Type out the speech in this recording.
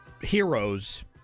heroes